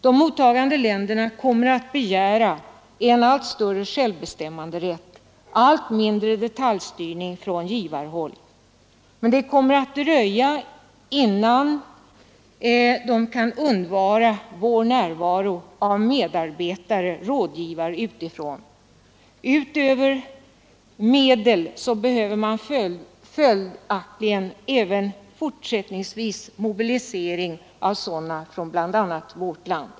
De mottagande länderna kommer att begära allt större självbestämmanderätt och allt mindre av detaljstyrning från givarhåll, men det kommer att dröja innan de kan undvara närvaron av medarbetare och rådgivare utifrån. Utöver penningmedel behövs följaktligen även fortsättningsvis mobilisering av sådana från bl.a. vårt land.